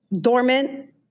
dormant